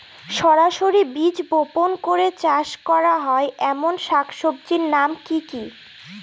সরাসরি বীজ বপন করে চাষ করা হয় এমন শাকসবজির নাম কি কী?